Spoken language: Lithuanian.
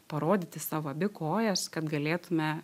parodyti savo abi kojas kad galėtume